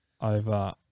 Over